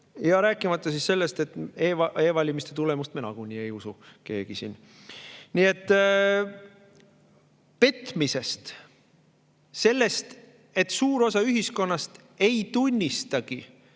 Rääkimata sellest, et e-valimiste tulemust me nagunii keegi siin ei usu. Petmisest, sellest, et suur osa ühiskonnast ei tunnistagi,